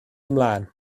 ymlaen